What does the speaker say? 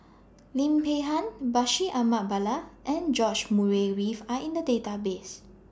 Lim Peng Han Bashir Ahmad Mallal and George Murray Reith Are in The Database